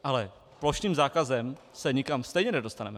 Ale plošným zákazem se nikam stejně nedostaneme.